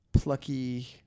plucky